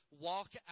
walk